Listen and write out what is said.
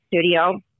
studio